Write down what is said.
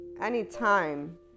anytime